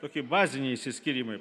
tokie baziniai išsiskyrimai